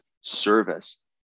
service